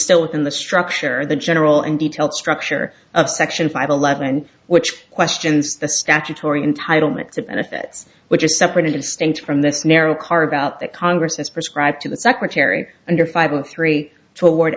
still within the structure the general and detailed structure of section five eleven which questions the statutory entitlement to benefits which is separate and distinct from this narrow carve out that congress has prescribed to the secretary under five and three toward